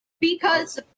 Because-